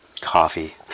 Coffee